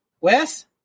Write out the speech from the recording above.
Wes